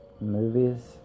movies